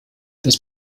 das